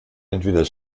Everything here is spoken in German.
entweder